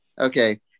Okay